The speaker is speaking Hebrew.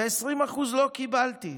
ו-20% לא קיבלתי.